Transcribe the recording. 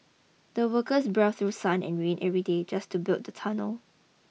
the workers braved through sun and rain every day just to build the tunnel